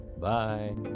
Bye